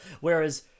whereas